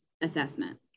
assessment